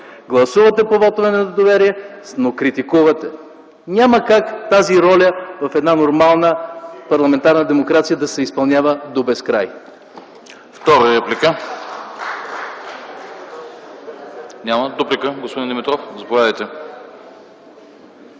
гласувате по вотове на недоверие, но критикувате. Няма как тази роля в една нормална парламентарна демокрация да се изпълнява до безкрай.